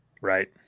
right